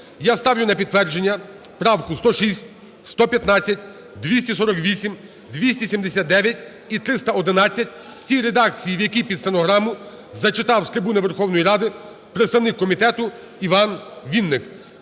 Я ставлю на підтвердження правки 106, 115, 248, 279 і 311 в тій редакції, в якій під стенограму зачитав з трибуни Верховної Ради представник комітету Іван Вінник.